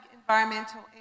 environmental